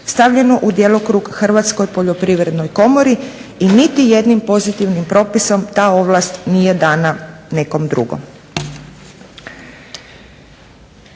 stavljeno u djelokrug Hrvatskoj poljoprivrednoj Komori i niti jednim pozitivnim propisom ta ovlast nije dana nekom drugom.